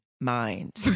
mind